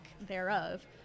thereof